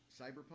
Cyberpunk